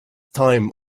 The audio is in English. time